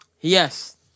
Yes